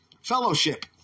Fellowship